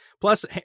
Plus